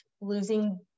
losing